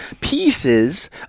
pieces